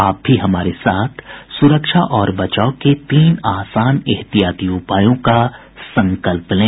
आप भी हमारे साथ सुरक्षा और बचाव के तीन आसान एहतियाती उपायों का संकल्प लें